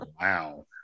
Wow